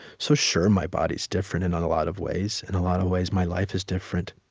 so, sure, my body is different in a lot of ways. in a lot of ways, my life is different.